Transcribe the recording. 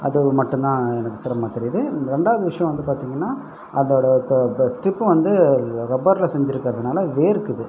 அது மட்டும்தான் எனக்கு சிரமமாக தெரியுது ரெண்டாவது விஷயம் வந்து பார்த்திங்கன்னா அதோடு ஒரு ஸ்ட்ரிப் வந்து ரப்பரில் செஞ்சு இருக்கிறதுனால வேர்க்குது